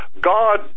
God